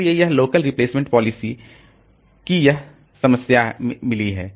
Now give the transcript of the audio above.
इसलिए ये local replacement policy को यह समस्याएं मिली हैं